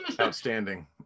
Outstanding